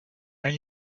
and